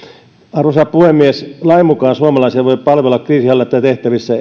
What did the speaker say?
arvoisa puhemies lain mukaan suomalaisia voi palvella kriisinhallintatehtävissä